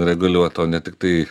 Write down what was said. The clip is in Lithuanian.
reguliuot o ne tiktai